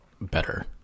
better